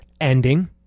ending